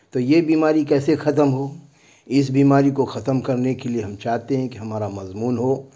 تو یہ بیماری کیسے ختم ہو اس بیماری کو ختم کرنے کے لیے ہم چاہتے ہیں کہ ہمارا مضمون ہو